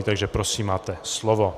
Takže prosím máte slovo.